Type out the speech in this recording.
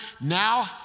now